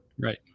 Right